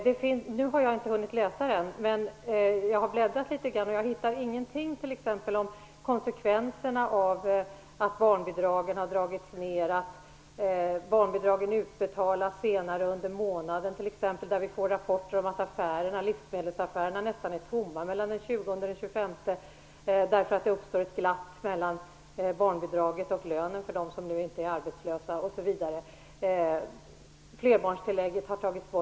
Jag har inte hunnit läsa rapporten, men jag har bläddrat litet grand i den, och jag hittar ingenting om t.ex. konsekvenserna av de minskade barnbidragen och de senarelagda utbetalningarna. Vi får t.ex. rapporter om att livsmedelsaffärerna är nästan tomma mellan den 20:e och den 25:e, därför att det uppstår ett glapp mellan barnbidraget och lönen för dem som inte är arbetslösa. Dessutom har flerbarnstillägget tagits bort.